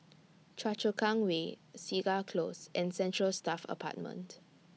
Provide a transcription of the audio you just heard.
Choa Chu Kang Way Segar Close and Central Staff Apartment